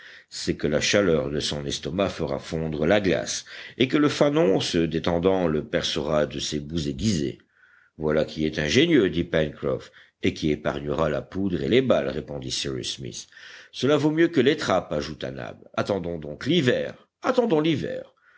c'est que la chaleur de son estomac fera fondre la glace et que le fanon se détendant le percera de ses bouts aiguisés voilà qui est ingénieux dit pencroff et qui épargnera la poudre et les balles répondit cyrus smith cela vaut mieux que les trappes ajouta nab attendons donc l'hiver attendons l'hiver